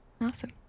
Awesome